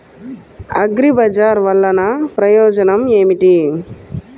అగ్రిబజార్ వల్లన ప్రయోజనం ఏమిటీ?